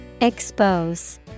Expose